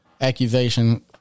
Accusation